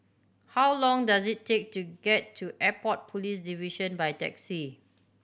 how long does it take to get to Airport Police Division by taxi